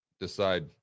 decide